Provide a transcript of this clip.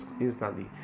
instantly